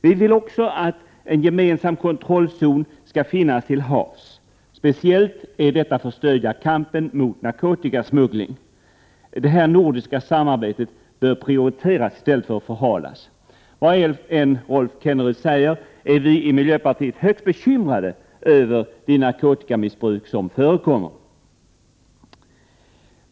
Vi vill också att en gemensam kontrollzon till havs skall finnas. Detta är speciellt för att stödja kampen mot narkotikasmuggling. Detta nordiska samarbete bör prioriteras i stället för att förhalas. Vad än Rolf Kenneryd säger är vi i miljöpartiet högst bekymrade över det narkotikamissbruk som förekommer.